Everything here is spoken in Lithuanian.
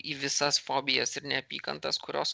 į visas fobijas ir neapykantas kurios